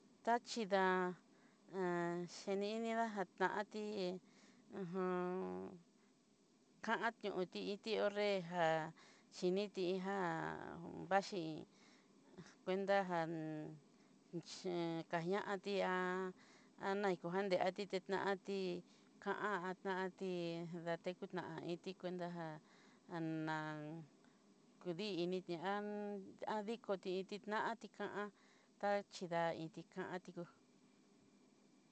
Taxhíin dán xhini ini dá janatí n ka'an kiti iin konrejá xhiniti já, vaxhi'i cunata ján chée ngañatí eikó jan de anti tí naití ka'a anitíí detekua naití cuentajá'a anán kudi'initi dikotí ti ná atiká'a, ta xhidá iin tika ti'ó.